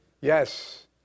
yes